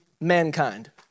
mankind